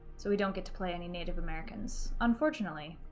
so we don't get to play any native americans, unfortunately.